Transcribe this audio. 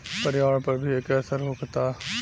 पर्यावरण पर भी एके असर होखता